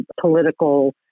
political